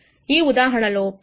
ఈ ఉదాహరణలో P ఇది 0